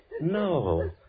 No